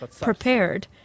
prepared